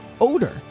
odor